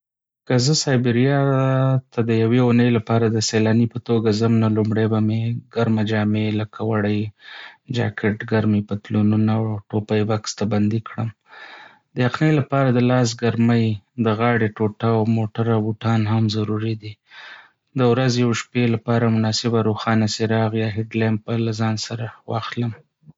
که زه سایبريا ته د یوې اونۍ لپاره د سیلاني په توګه ځم، نو لومړی به مې ګرمه جامې، لکه وړۍ جاکټ، ګرمې پتلونونه، او ټوپۍ بکس ته بندې کړم. د یخنۍ لپاره د لاس ګرمۍ، د غاړې ټوټه، او موټره بوټان هم ضروري دي. د ورځې او شپې لپاره مناسبه روښانه څراغ یا هېډ لیمپ به له ځان سره واخلم.